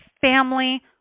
family